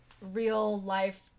real-life